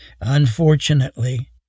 Unfortunately